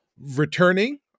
Returning